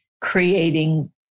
creating